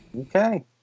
Okay